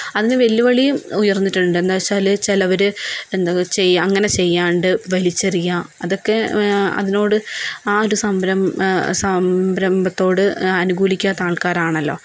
അതിന് വെല്ലുവിളിയും ഉയർന്നിട്ടുണ്ട് എന്താന്ന് വെച്ചാല് ചിലര് എന്താ ചെയ്യുക അങ്ങനെ ചെയ്യാതെ വലിച്ചെറിയുക അതൊക്കെ അതിനോട് ആ ഒരു സംരംഭ സംരംഭത്തോട് അനുകൂലിക്കാത്ത ആൾക്കാരണല്ലോ